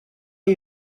are